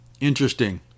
Interesting